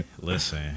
Listen